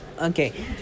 Okay